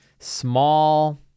Small